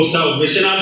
salvation